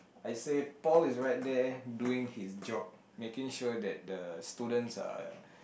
I say Paul is right there doing his job making sure that the students are